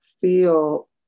feel